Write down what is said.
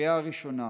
בקריאה ראשונה.